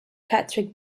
patrick